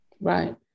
Right